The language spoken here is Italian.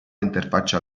interfaccia